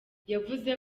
yavuze